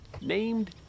named